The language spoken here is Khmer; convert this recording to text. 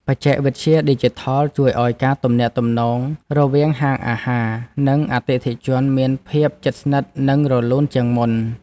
បច្ចេកវិទ្យាឌីជីថលជួយឱ្យការទំនាក់ទំនងរវាងហាងអាហារ និងអតិថិជនមានភាពជិតស្និទ្ធនិងរលូនជាងមុន។